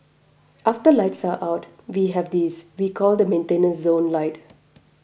after lights are out we have this we call the maintenance zone light